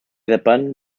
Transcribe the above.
depén